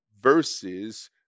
verses